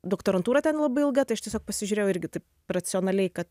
doktorantūra ten labai ilga tai aš tiesiog pasižiūrėjau irgi taip racionaliai kad